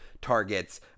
targets